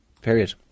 period